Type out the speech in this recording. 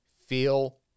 feel